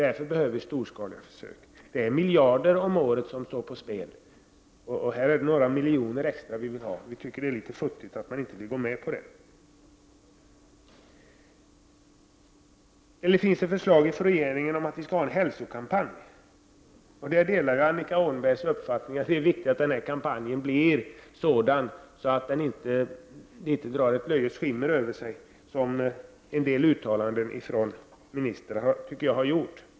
Därför behövs storskaliga försök. Det är miljarder kronor om året som står på spel, och det är enbart några extra miljoner som behövs. Det är litet futtigt att inte gå med på detta. Det finns ett förslag från regeringen om att anordna en hälsokampanj. Jag delar där Annika Åhnbergs uppfattning att det är viktigt att kampanjen blir sådan att den inte drar ett löjets skimmer över sig — som en del uttalanden som ministrar har gjort.